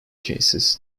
cases